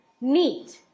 Neat